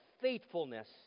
faithfulness